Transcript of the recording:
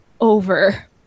over